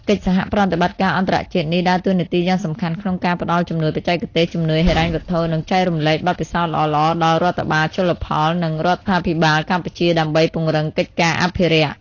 កិច្ចសហប្រតិបត្តិការអន្តរជាតិនេះដើរតួនាទីយ៉ាងសំខាន់ក្នុងការផ្តល់ជំនួយបច្ចេកទេស ជំនួយហិរញ្ញវត្ថុ និងចែករំលែកបទពិសោធន៍ល្អៗដល់រដ្ឋបាលជលផល និងរដ្ឋាភិបាលកម្ពុជាដើម្បីពង្រឹងកិច្ចការអភិរក្ស។